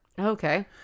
Okay